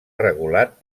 regulat